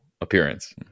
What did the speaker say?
appearance